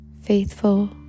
faithful